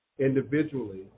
individually